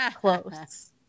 Close